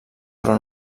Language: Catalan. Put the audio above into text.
però